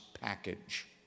package